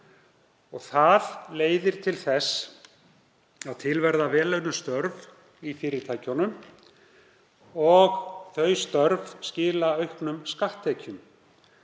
Það leiðir til þess að til verða vel launuð störf í fyrirtækjunum og þau störf skila auknum skatttekjum.